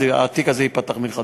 אז התיק הזה ייפתח מחדש.